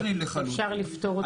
שאפשר לפתור אותו.